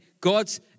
God's